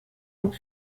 pour